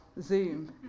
zoom